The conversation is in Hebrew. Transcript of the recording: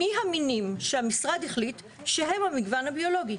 מי המינים שהמשרד החליט שהם המגוון הביולוגי.